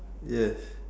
yes